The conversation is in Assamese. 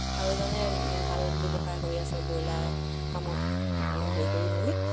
আৰু এজনে ভাল ব্যৱসায় কৰি আছে ব্ৰইলাৰ কামত হেৰি কৰি মেলি